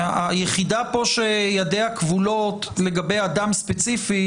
היחידה כאן שידיה כבולות לגבי אדם ספציפי,